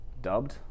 Dubbed